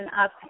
up